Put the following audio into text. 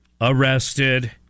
arrested